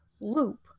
loop